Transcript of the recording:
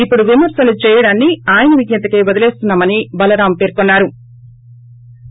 ఇప్పుడు విమర్పలు చేయడాన్ని ఆయన విజ్ఞతకే వదిలేస్తున్నా మని బలరాం పేర్కొన్నా రు